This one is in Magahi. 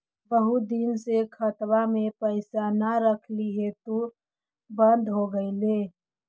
बहुत दिन से खतबा में पैसा न रखली हेतू बन्द हो गेलैय?